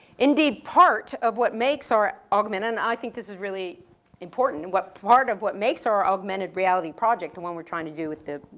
indeed, part of what makes our augment, and i think this is really important. what, part of what makes our augmentive reality project, the one we're trying to do with the,